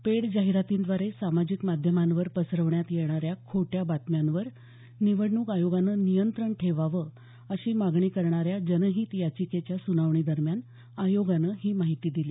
paid जाहिरातींद्वारे सामाजिक माध्यमांवर पसरवण्यात येणाऱ्या खोट्या बातम्यांवर निवडणूक आयोगानं नियंत्रण ठेवावं अशी मागणी करणाऱ्या जनहित याचिकेच्या सुनावणीदरम्यान आयोगानं ही माहिती दिली